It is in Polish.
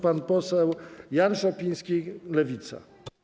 Pan poseł Jan Szopiński, Lewica.